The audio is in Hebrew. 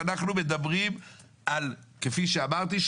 ואנחנו מדברים כפי שאמרתי,